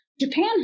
Japan